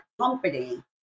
company